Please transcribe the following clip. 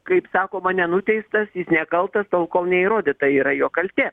kaip sakoma nenuteistas jis nekaltas tol kol neįrodyta yra jo kaltė